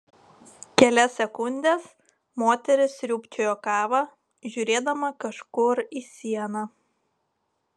kelias sekundes moteris sriūbčiojo kavą žiūrėdama kažkur į sieną